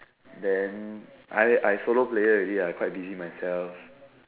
then I I solo player already ah I quite busy myself